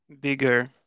bigger